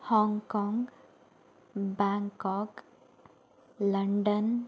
Hong Kong Bangkok London